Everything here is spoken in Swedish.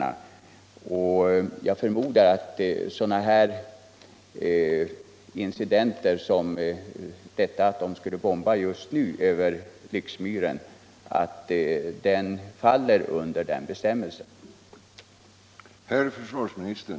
Jag skulle vilja fråga försvarsministern om inte en bombfällning över Lycksmyren vid just den här tidpunkten hör hemma under den bestämmelsen.